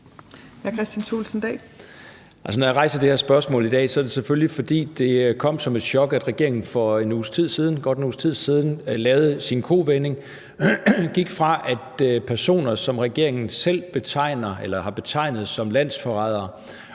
Når jeg rejser det her spørgsmål i dag, er det selvfølgelig, fordi det kom som et chok, at regeringen for godt en uges tid siden lavede sin kovending og gik fra, at personer, som regeringen selv betegner eller har betegnet som landsforrædere,